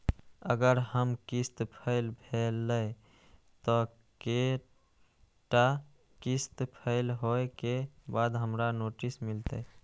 अगर हमर किस्त फैल भेलय त कै टा किस्त फैल होय के बाद हमरा नोटिस मिलते?